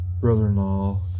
brother-in-law